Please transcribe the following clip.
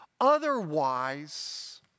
Otherwise